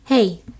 Hey